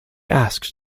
asked